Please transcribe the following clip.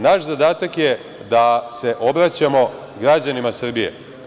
Naš zadatak je da se obraćamo građanima Srbije.